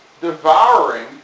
devouring